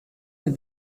but